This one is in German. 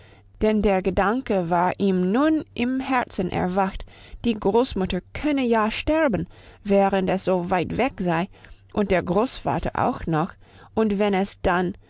denn der gedanke war ihm nun im herzen erwacht die großmutter könne ja sterben während es so weit weg sei und der großvater auch noch und wenn es dann